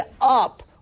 up